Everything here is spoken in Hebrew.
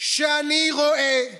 שאני רואה בכל,